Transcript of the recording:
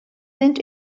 sind